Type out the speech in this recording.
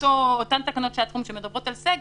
אותן תקנות שעת חירום שמדברות על סגר,